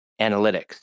analytics